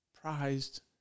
prized